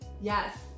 Yes